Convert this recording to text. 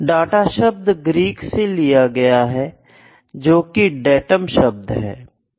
data शब्द Greek से लिया गया है जोकि डेटम शब्द है